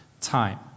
time